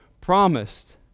promised